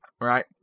right